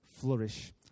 flourish